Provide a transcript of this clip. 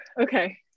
Okay